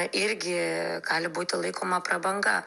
irgi gali būti laikoma prabanga